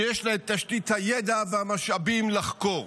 שיש לה את תשתית הידע ואת המשאבים לחקור.